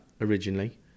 originally